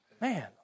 Man